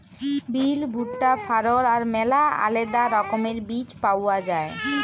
বিল, ভুট্টা, ফারল আর ম্যালা আলেদা রকমের বীজ পাউয়া যায়